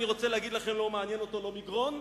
אני רוצה להגיד לכם שלא מעניין אותו לא מגרון,